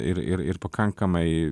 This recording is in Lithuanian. ir ir ir pakankamai